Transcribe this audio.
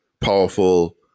powerful